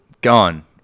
gone